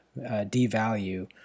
devalue